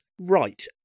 Right